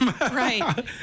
Right